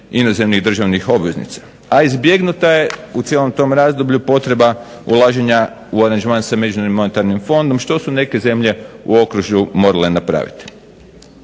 inozemnih državnih obveznica, a izbjegnuta je u cijelom tom razdoblju potreba ulaženja u aranžman sa MMF-om što su neke zemlje u okružju morale napraviti.